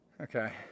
Okay